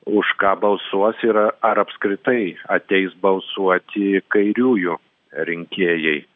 už ką balsuos ir ar apskritai ateis balsuoti kairiųjų rinkėjai